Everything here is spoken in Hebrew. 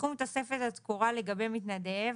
סכום תוספת התקורה לגבי מתנדב,